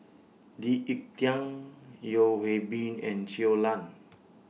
Lee Ek Tieng Yeo Hwee Bin and Chuo Lan